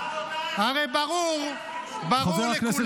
--- הרי ברור, ברור לכולם ------ חבר הכנסת